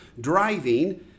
driving